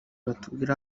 batubwire